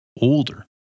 older